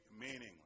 meaningless